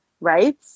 right